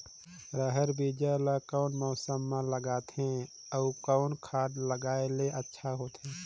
रहर बीजा ला कौन मौसम मे लगाथे अउ कौन खाद लगायेले अच्छा होथे?